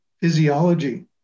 physiology